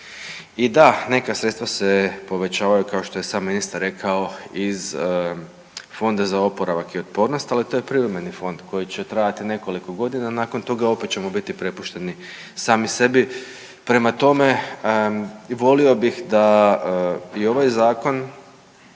I da, neka sredstva se povećavaju kao što je i sam ministar rekao iz Fonda za oporavak i otpornost, ali to je privremeni fond koji će trajati nekoliko godina, a nakon toga opet ćemo biti prepušteni sami sebi. Prema tome, volio bih da i ovaj zakon